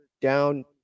down